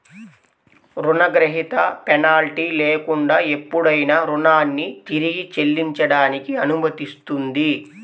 రుణగ్రహీత పెనాల్టీ లేకుండా ఎప్పుడైనా రుణాన్ని తిరిగి చెల్లించడానికి అనుమతిస్తుంది